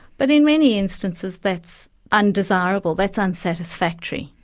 but, in many instances that's undesirable, that's unsatisfactory.